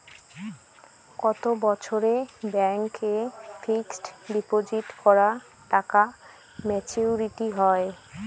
কত বছরে ব্যাংক এ ফিক্সড ডিপোজিট করা টাকা মেচুউরিটি হয়?